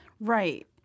Right